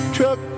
Truck